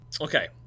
Okay